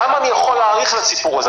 כמה אני יכול להאריך בסיפור הזה?